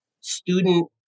student